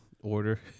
Order